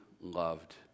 loved